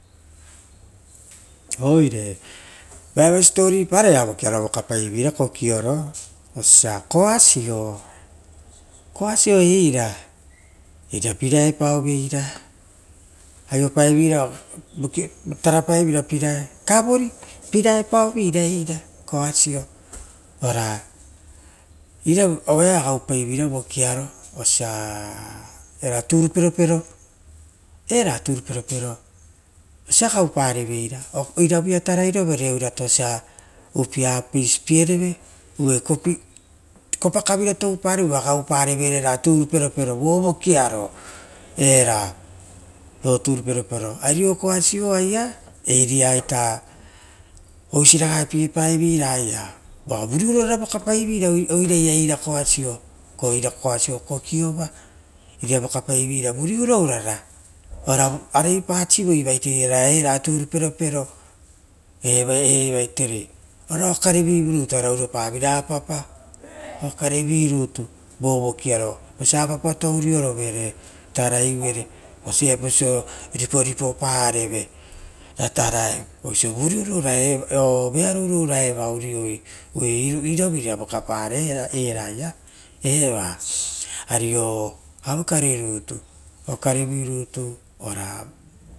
Oire voeaia siposipo pa oea vokiavo vokapaiveira kokiora, oisio osia koasio, koasio eira regen paovera aiopavera tarapaevera aue kavori eira koasio ora voeao oia gaupaivei ra vokiaro osio osia era trurpero pero era. Turu peropero vosia gauparevera ira vuia tarairovere irato osia upiaia apeisi piereve, uva kopakavira touparevere ra era turu peropero vo vokiaro era ro turu peropero arioia koasio aia iria ita oisi raga pie paevera aia ita avo vurirara voka paiveira oiraia eira koasio, era koasio kokiova, eriaia vokapaivera vuru uraurara ora arei pasivoi ora era turuperopero, evaitere ora okare rovu rutu oiea oru pavera osio osiaue. Apapa kare karevi rutu vovokia osia apapa to urorovere taraiuvere sia veapaso riporipo pareve ra tarai oisio vuriuraura eva urioi oo vearo uraua eva oa urioi, oire iravu eraia vokapare aia eva ario aue kare rutu okarevi rutu oea.